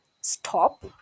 stop